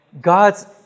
God's